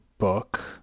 book